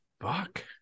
fuck